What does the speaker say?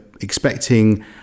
expecting